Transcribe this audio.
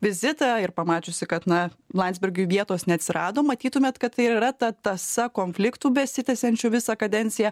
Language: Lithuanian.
vizitą ir pamačiusi kad na landsbergiui vietos neatsirado matytumėt kad tai ir yra ta tąsa konfliktų besitęsiančių visą kadenciją